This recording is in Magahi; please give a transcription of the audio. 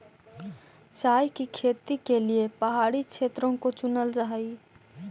चाय की खेती के लिए पहाड़ी क्षेत्रों को चुनल जा हई